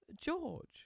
George